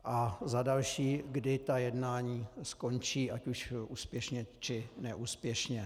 A za další, kdy ta jednání skončí, ať už úspěšně, či neúspěšně?